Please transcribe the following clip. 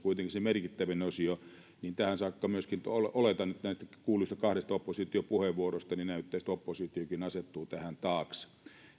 kuitenkin se merkittävin osio ja tähän saakka myöskin oletan näiden kuultujen kahden oppositiopuheenvuoron perusteella näyttäisi siltä että oppositiokin asettuu tähän taakse